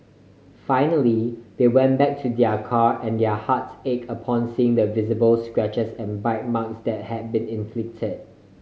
finally they went back to their car and their hearts ache upon seeing the visible scratches and bite marks that had been inflicted